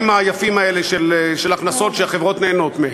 היפים האלה של הכנסות שהחברות נהנות מהן.